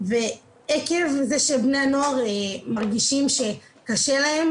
ועקב זה שבני הנוער מרגישים שקשה להם